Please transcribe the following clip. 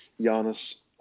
Giannis